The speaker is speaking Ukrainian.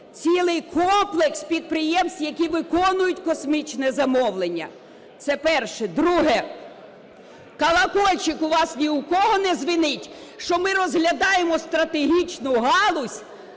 цілий комплекс підприємств, які виконують космічне замовлення. Це перше. Друге. Колокольчик у вас ні в кого не дзвенить, що ми розглядаємо стратегічну галузь,